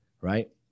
right